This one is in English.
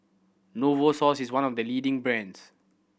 Novosource is one of the leading brands